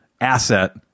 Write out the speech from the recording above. asset